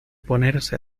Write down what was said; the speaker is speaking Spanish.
ponerse